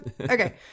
okay